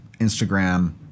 instagram